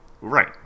Right